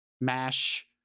MASH